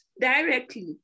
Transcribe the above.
directly